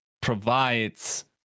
provides